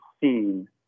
seen